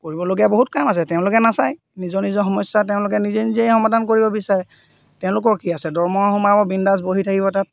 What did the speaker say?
কৰিবলগীয়া বহুত কাম আছে তেওঁলোকে নাচাই নিজৰ নিজৰ সমস্যা তেওঁলোকে নিজে নিজেই সমাধান কৰিব বিচাৰে তেওঁলোকৰ কি আছে দৰমহা সোমাব বিনদাছ বহি থাকিব তাত